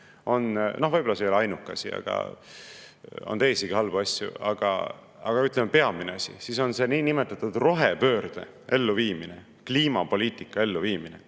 on – võib-olla see ei ole ainuke asi, on teisigi halbu asju, aga peamine asi –, on see niinimetatud rohepöörde elluviimine, kliimapoliitika elluviimine.